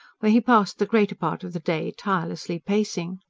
where he passed the greater part of the day tirelessly pacing.